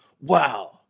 Wow